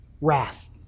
wrath